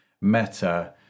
Meta